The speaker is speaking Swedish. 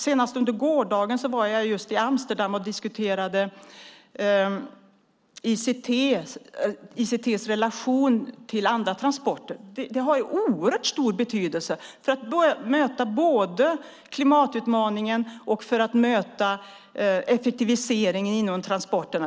Så sent som i går var jag i Amsterdam och diskuterade ICT och den relationen till andra transporter. Det har en oerhört stor betydelse när det gäller att möta både klimatutmaningen och effektiviseringen inom transportområdet.